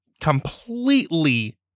completely